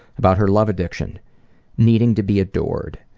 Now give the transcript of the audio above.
about her love addiction needing to be adored.